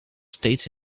steeds